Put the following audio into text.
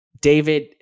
David